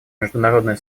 международное